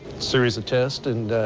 series of tests and